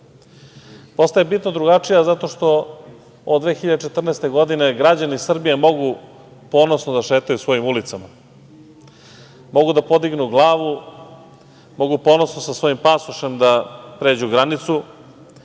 zemlja. Postaje bitno drugačija zato što od 2014. godine građani Srbije mogu ponosno da šetaju svojim ulicama, mogu da podignu glavu, mogu ponosno sa svojim pasošem da pređu granicu,